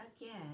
again